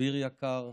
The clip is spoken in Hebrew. אביר יקר,